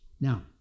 Now